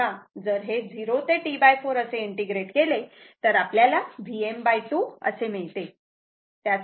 तेव्हा जर हे 0 ते T4 असे इंटिग्रेट केले तर आपल्याला Vm 2 असे मिळते